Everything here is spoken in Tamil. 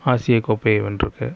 ஆசியக் கோப்பையை வென்றது